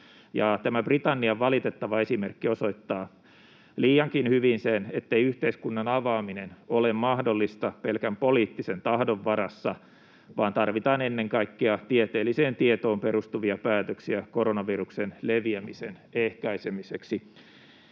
Tämä Britannian valitettava esimerkki osoittaa liiankin hyvin sen, ettei yhteiskunnan avaaminen ole mahdollista pelkän poliittisen tahdon varassa vaan tarvitaan ennen kaikkea tieteelliseen tietoon perustuvia päätöksiä koronaviruksen leviämisen ehkäisemiseksi,